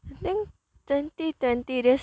I think twenty twenty this